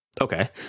Okay